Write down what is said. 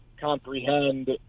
comprehend